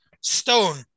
stone